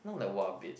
not like [wah] bitch